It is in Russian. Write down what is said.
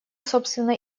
собственно